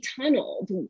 tunneled